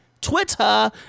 Twitter